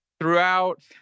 throughout